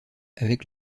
avec